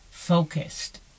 focused